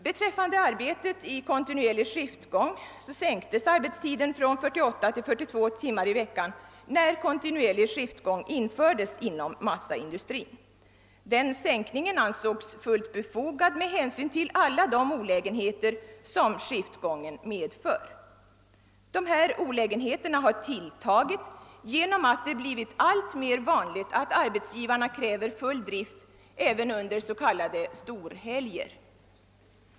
Beträffande arbete i kontinuerlig skiftgång sänktes arbetstiden från 48 till 42 timmar i veckan när kontinuerlig skiftgång infördes inom massaindustrin. Denna sänkning ansågs fullt befogad med hänsyn till alla de olägenheter som denna skiftgång medför. Dessa olägenheter har tilltagit genom att det blivit allt vanligare att arbetsgivarna kräver full drift även under s.k. storhelger.